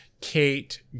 Kate